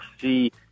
see